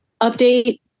update